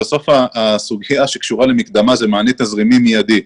הסוגיה שקשורה למקדמה, זה מענה תזרימית מיידי.